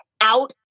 out